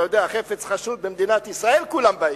אתה יודע, חפץ חשוד במדינת ישראל, כולם באים.